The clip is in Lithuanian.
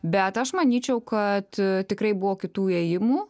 bet aš manyčiau kad tikrai buvo kitų įėjimų